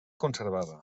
conservada